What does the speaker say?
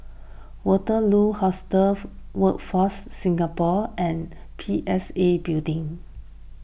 Waterloo Hostel Workforce Singapore and P S A Building